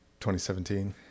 2017